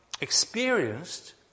Experienced